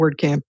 WordCamp